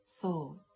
thought